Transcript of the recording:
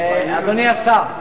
אדוני השר,